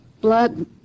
blood